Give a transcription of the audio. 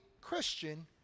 Christian